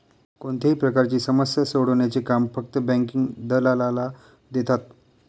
कोणत्याही प्रकारची समस्या सोडवण्याचे काम फक्त बँकिंग दलालाला देतात